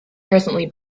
presently